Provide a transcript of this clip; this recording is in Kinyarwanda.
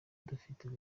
dufitiye